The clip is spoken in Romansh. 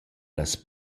las